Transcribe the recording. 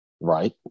Right